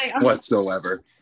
whatsoever